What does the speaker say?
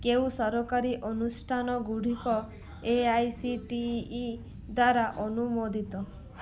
କେଉଁ ସରକାରୀ ଅନୁଷ୍ଠାନ ଗୁଡ଼ିକ A I C T E ଦ୍ଵାରା ଅନୁମୋଦିତ